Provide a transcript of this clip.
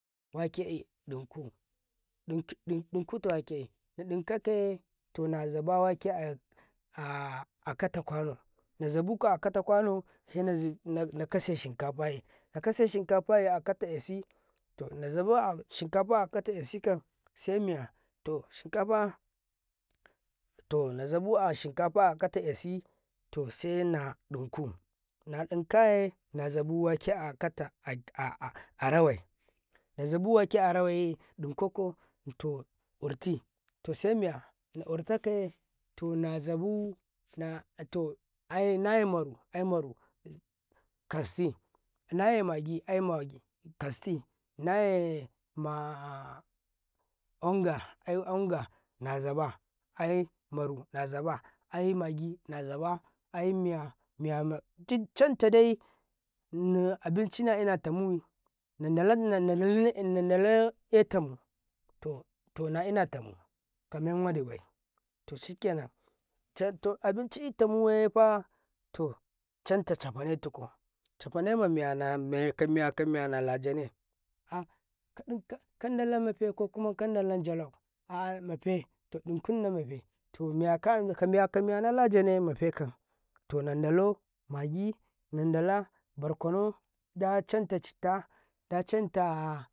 wake ɗauku ɗankutu wake na ɗikaka na ziba wake ayan aka to ƙano zibu akata kano zibu akataki ƙono suna kasa sinkafane na kasa sinkafaye ata asi to nazibe sinkufa akuta asi see na ɗinkuye na ɗinkaye na zibu wake arawai zibu wake arawai ɗinkokaruti to maya na uratakai na zabu na ye maru aye maru kaisi maye mayi kaisu aye magi kaisu naye anga aye an ga na zaba aye mara na zaba aye magi na zaba aye miya miyo miya cantadai abinci nainatamu nandalane kam ta nainatamu kaminwaɗi nbay to sikenna aboinci tamula tacanti cefanatukum cefune mamiyane ka miya ka miya lajane kandala mofa kokandala jalam a maife tadu kunna maife kamiya nala janaeekam nandala magi nandala nandala basrkono da canta cita